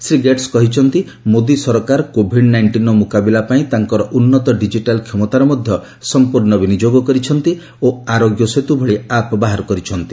Shri Gates କହିଛନ୍ତି ମୋଦି ସରକାର Covid ନାଇଷ୍ଟିନ୍ର ମୁକାବିଲା ପାଇଁ ତାଙ୍କର ଉନ୍ନତ ଡିକିଟାଲ କ୍ଷମତାର ମଧ୍ୟ ସମ୍ପୂର୍ଣ୍ଣ ବିନିଯୋଗ କରିଛନ୍ତି ଓ ଆରୋଗ୍ୟ ସେତୁ ଭଳି ଆପ୍ ବାହାର କରିଛନ୍ତି